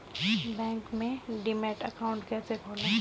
Bank में demat account कैसे खोलें?